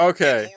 Okay